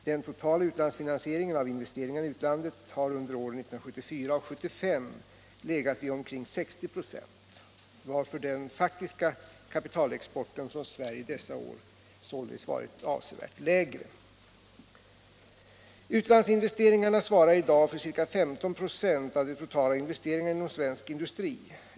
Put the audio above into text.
Den totala utlandsfinansieringen av investeringarna i utlandet har under åren 1974 och 1975 legat vid omkring 60 96, varför den faktiska kapitalexporten från Sverige dessa år således varit avsevärt lägre. Utlandsinvesteringarna svarar i dag för ca 15 96 av de totala investeringarna inom svensk industri.